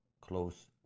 close